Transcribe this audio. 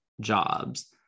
jobs